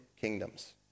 kingdoms